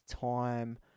time